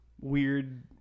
weird